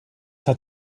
hat